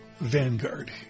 Vanguard